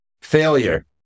Failure